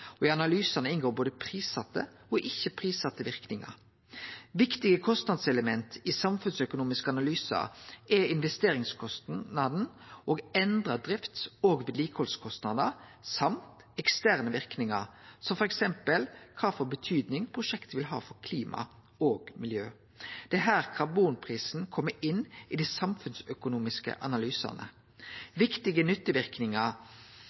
I analysane inngår både prissette og ikkje-prissette verknader. Viktige kostnadselement i samfunnsøkonomiske analysar er investeringskostnader og endra drifts- og vedlikehaldskostnader i tillegg til eksterne verknader, som f.eks. kva for betyding prosjektet vil ha for klima og miljø. Det er her karbonprisen kjem inn i dei samfunnsøkonomiske analysane.